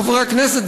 חברי הכנסת,